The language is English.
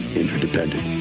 interdependent